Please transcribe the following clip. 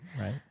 right